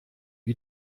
wie